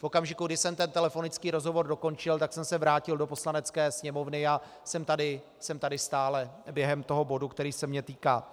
V okamžiku, kdy jsem ten telefonický rozhovor dokončil, tak jsem se vrátil do Poslanecké sněmovny a jsem tady stále během bodu, který se mě týká.